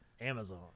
Amazon